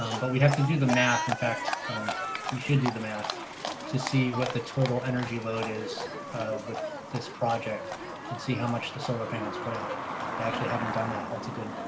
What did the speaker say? um but we'd have to do the math. in fact, you should do the math to see what the total energy load is with this project and see how much the solar panels put out. i actually haven't done that. that's a good